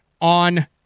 on